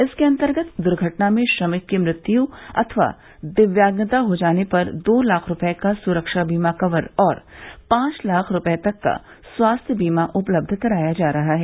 इसके अन्तर्गत दुर्घटना में श्रमिक की मृत्यु अथवा दिव्यागंता हो जाने पर दो लाख रूपये का सुरक्षा बीमा कवर और पांच लाख रूपये तक का स्वास्थ्य बीमा उपलब्ध कराया जा रहा है